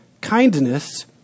kindness